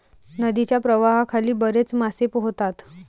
नदीच्या प्रवाहाखाली बरेच मासे पोहतात